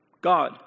God